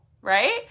right